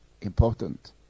important